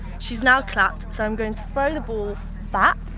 she's now clapped, so i'm going to throw the ball back,